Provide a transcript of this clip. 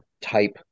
type